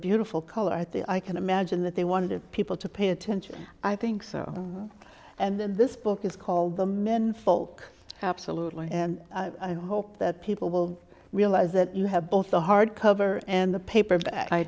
beautiful color i think i can imagine that they wanted people to pay attention i think so and this book is called the men folk absolutely and i hope that people will realize that you have both the hardcover and the paperback i